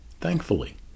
thankfully